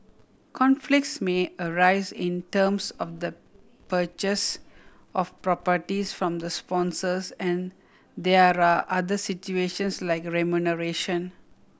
conflicts may arise in terms of the purchase of properties from the sponsors and there are other situations like remuneration